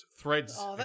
threads